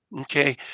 Okay